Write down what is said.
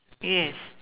yes